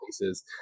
places